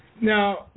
now